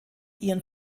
ihren